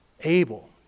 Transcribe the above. Abel